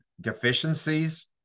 deficiencies